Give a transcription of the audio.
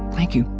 thank you.